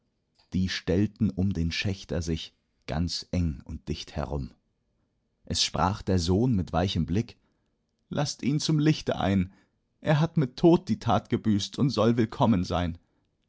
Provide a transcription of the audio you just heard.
die stellten um den schächer sich ganz eng und dicht herum es sprach der sohn mit weichem blick laßt ihn zum lichte ein er hat mit tod die tat gebüßt und soll willkommen sein